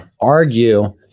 argue